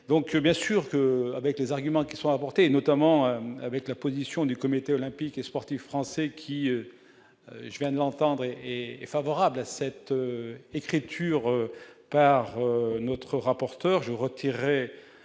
donc bien sûr que, avec les arguments qui sont apportées, notamment avec la position du comité olympique et sportif français, qui vient de l'entendre et et favorable à cette écriture par notre rapporteur, je retirerai